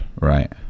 Right